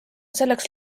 selleks